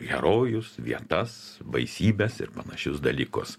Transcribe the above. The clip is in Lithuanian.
herojus vietas baisybes ir panašius dalykus